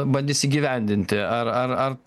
bandys įgyvendinti ar ar ar